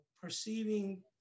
perceiving